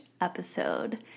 episode